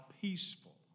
peaceful